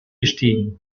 gestiegen